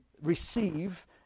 receive